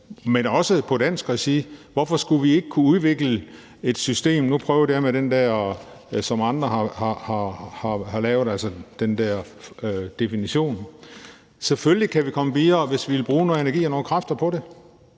men også i et dansk regi. Hvorfor skulle vi ikke kunne udvikle et system? Nu prøvede jeg med den der definition, som andre har lavet. Selvfølgelig kan vi komme videre, hvis vi vil bruge noget energi og nogle kræfter på det.